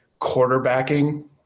quarterbacking